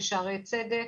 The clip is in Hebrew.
בשערי צדק,